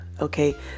Okay